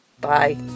Bye